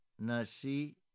nasi